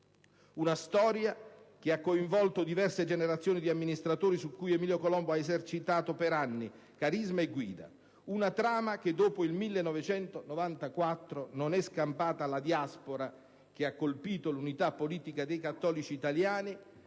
Una storia che ha coinvolto diverse generazioni di amministratori su cui Emilio Colombo ha esercitato per anni carisma e guida; una trama che dopo il 1994 non è scampata alla diaspora che ha colpito l'unità politica dei cattolici italiani